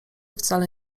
wcale